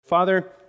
Father